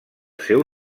seu